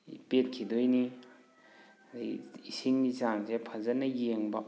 ꯄꯦꯠꯈꯤꯗꯣꯏꯅꯤ ꯏꯁꯤꯡꯒꯤ ꯆꯥꯡꯁꯦ ꯐꯖꯅ ꯌꯦꯡꯕ